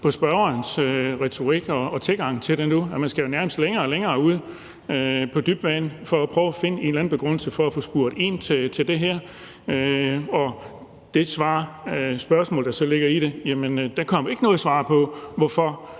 på spørgerens retorik og tilgang til det nu, at man nærmest skal længere og længere ud på dybt vand for at prøve at finde en eller anden begrundelse for at få spurgt ind til det her. Og i det spørgsmål, der så ligger i det, kom man ikke ind på, hvorfor